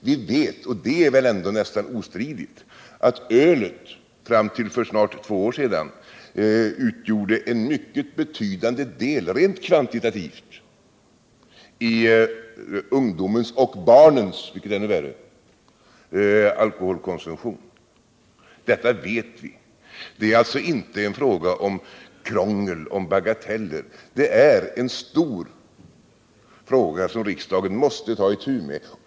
Vi vet — det är väl ändå nästan ostridigt — att ölet fram till för snart två år sedan utgjorde en mycket betydande del rent kvantitativt av ungdomens och — vilket är ännu värre — barnens alkoholkonsumtion. Detta vet vi. Det är alltså inte fråga om krångel om bagateller, utan det är en stor fråga som riksdagen måste ta itu med.